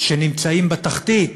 שנמצאים בתחתית